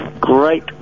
great